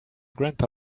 grandpa